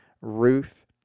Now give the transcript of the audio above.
Ruth